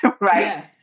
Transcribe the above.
right